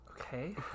Okay